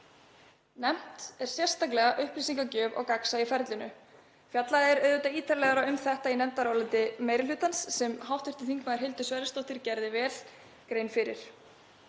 Nefnd er sérstaklega upplýsingagjöf og gagnsæi í ferlinu. Fjallað er ítarlegar um þetta í nefndaráliti meiri hlutans sem hv. þm. Hildur Sverrisdóttir gerði vel grein fyrir.